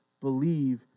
believe